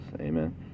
Amen